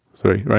three, right?